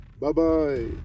Bye-bye